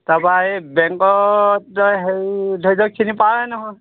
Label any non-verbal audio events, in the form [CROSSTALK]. তাৰপৰা এই বেংকত অ' হেৰি [UNINTELLIGIBLE] চিনি পাৱয়েই নহয়